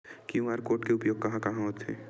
QR code के उपयोग कहां कहां होथे?